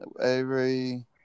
Avery